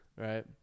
Right